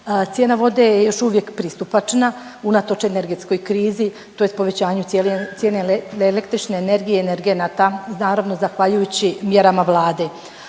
Cijena vode je još uvijek pristupačna, unatoč energetskoj krizi, tj. povećanju cijene električne energije i energenata, naravno zahvaljujući mjerama Vlade.